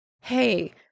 hey